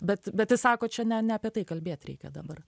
bet bet jis sako čia ne ne apie tai kalbėt reikia dabar